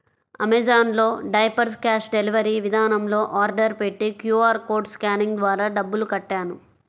Amazon లో diapers cash delivery విధానంలో order పెట్టి క్యూ.ఆర్ కోడ్ స్కానింగ్ ద్వారా డబ్బులు కట్టాను